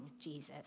Jesus